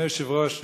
אדוני היושב-ראש,